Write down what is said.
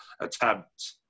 attempt